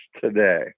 today